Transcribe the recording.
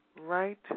Right